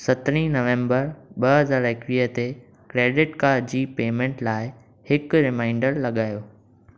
सत्रहां नवंबर ॿ हज़ार इकवीह ते क्रेडिट कार्डु जी पेमेंट लाइ हिकु रिमाइंडरु लॻायो